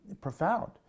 profound